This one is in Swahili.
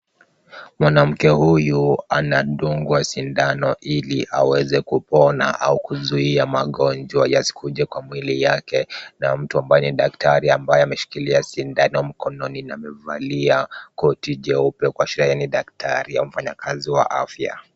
Mwanamke huyu anadungwa sindano ili aweze kupona au kuzuia magonjwa yasikuje kwa mwili yake na mtu ambaye ni daktari ambaye ameshikilia sindano mkononi na amevalia koti jeupe kuashiria yeye ni daktari au mfanyakazi wa afya.